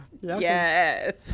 Yes